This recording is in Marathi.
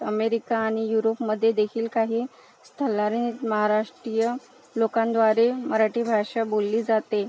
अमेरिका आणि युरोपमध्ये देखील काही स्थलांतरीत महाराष्ट्रीय लोकांद्वारे मराठी भाषा बोलली जाते